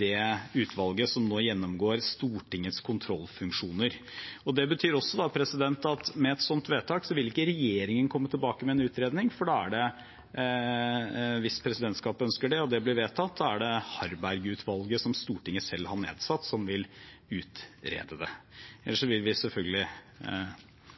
det utvalget som nå gjennomgår Stortingets kontrollfunksjoner. Det betyr også at med et slikt vedtak vil ikke regjeringen komme tilbake med en utredning, for hvis presidentskapet ønsker det og det blir vedtatt, er det Harberg-utvalget, som Stortinget selv har nedsatt, som vil utrede det. Ellers vil vi selvfølgelig